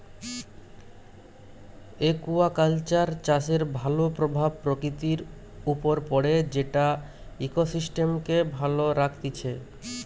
aquaculture চাষের ভাল প্রভাব প্রকৃতির উপর পড়ে যেটা ইকোসিস্টেমকে ভালো রাখতিছে